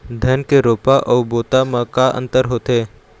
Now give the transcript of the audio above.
धन के रोपा अऊ बोता म का अंतर होथे?